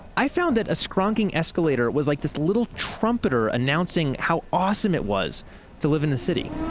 i found that a scronking escalator was like this little trumpeter announcing how awesome it was to live in the city